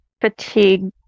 fatigue